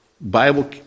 Bible